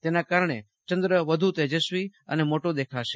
તેના કારણે ચંદ્ર વધુ તેજસ્વી અને મોટો દેખાશે